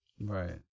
right